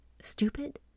stupid